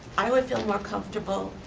i would feel more comfortable